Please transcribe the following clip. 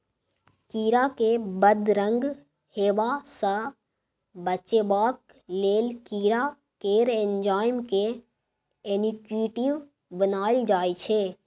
कीरा केँ बदरंग हेबा सँ बचेबाक लेल कीरा केर एंजाइम केँ इनेक्टिब बनाएल जाइ छै